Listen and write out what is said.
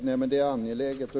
Fru talman! Detta är angeläget.